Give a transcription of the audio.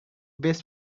best